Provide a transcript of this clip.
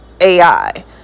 AI